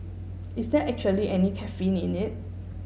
is there actually any caffeine in it